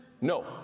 No